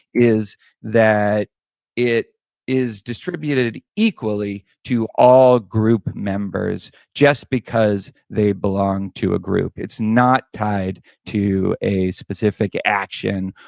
is that it is distributed equally to all group members. just because they belong to a group, it's not tied to a specific action,